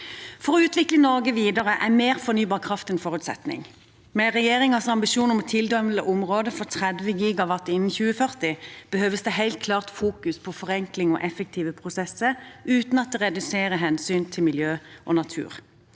For å utvikle Norge videre er mer fornybar kraft en forutsetning. Med regjeringens ambisjon om å tildele områder for 30 GW innen 2040 behøves det helt klart fokus på forenkling og effektive prosesser uten at det reduserer hensynet til miljø og natur.